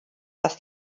dass